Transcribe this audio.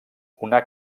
una